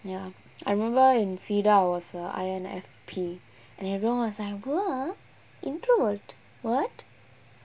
ya I remember in cedar I was a I_N_F_P and everyone was like !wah! introvert [what]